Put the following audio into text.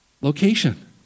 location